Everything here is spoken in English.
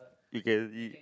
you can see